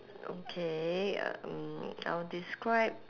okay um I'll describe